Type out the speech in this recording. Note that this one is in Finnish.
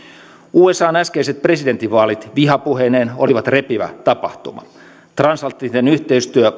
usan äskeiset presidentinvaalit vihapuheineen olivat repivä tapahtuma transatlanttinen yhteistyö